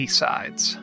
sides